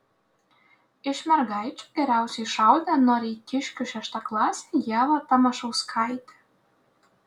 iš mergaičių geriausiai šaudė noreikiškių šeštaklasė ieva tamašauskaitė